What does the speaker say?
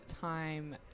time